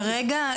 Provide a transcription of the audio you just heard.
כרגע,